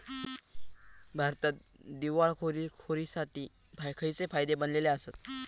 भारतात दिवाळखोरीसाठी खयचे कायदे बनलले आसत?